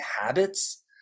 habits